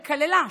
שכללה,